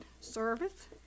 service